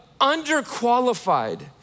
underqualified